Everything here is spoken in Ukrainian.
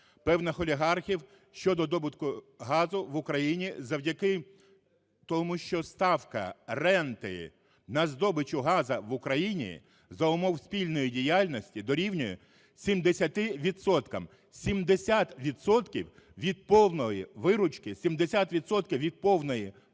певних олігархів щодо видобутку газу в Україні завдяки тому, що ставка ренти на видобуток газу в Україні за умов спільної діяльності дорівнює 70 відсоткам. 70 відсотків від повної виручки,